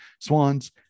Swans